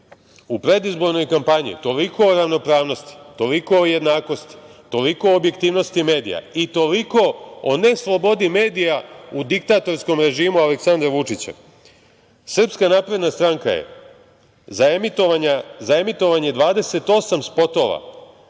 u predizbornoj kampanji, toliko o ravnopravnosti, toliko o jednakosti, toliko o objektivnosti medija i toliko o ne slobodi medija u diktatorskom režimu Aleksandra Vučića. Srpska napredna stranka je za emitovanje 28 spotova